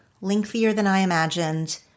lengthier-than-I-imagined